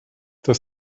dass